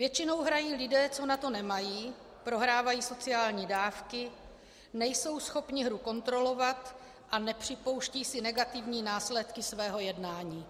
Většinou hrají lidé, co na to nemají, prohrávají sociální dávky, nejsou schopni hru kontrolovat a nepřipouštějí si negativní následky svého jednání.